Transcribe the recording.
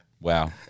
Wow